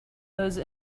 those